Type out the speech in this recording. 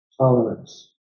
Tolerance